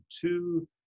two